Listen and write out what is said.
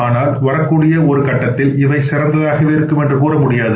ஆனால் வரக்கூடிய ஒரு கட்டத்தில் இவை சிறந்ததாகவே இருக்கும் என்று கூற முடியாது